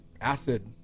acid